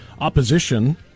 opposition